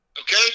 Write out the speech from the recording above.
Okay